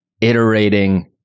iterating